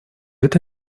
это